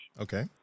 Okay